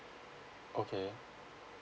okay